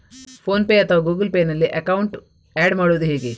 Phone pay ಅಥವಾ Google pay ನಲ್ಲಿ account add ಮಾಡುವುದು ಹೇಗೆ?